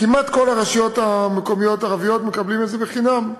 כמעט כל הרשויות המקומיות הערביות מקבלות את זה בחינם,